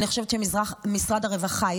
אני חושבת שמשרד הרווחה,